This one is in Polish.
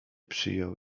przyjął